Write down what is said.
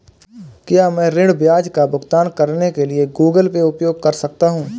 क्या मैं ऋण ब्याज का भुगतान करने के लिए गूगल पे उपयोग कर सकता हूं?